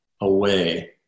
away